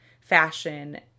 fashion